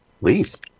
Please